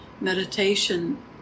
meditation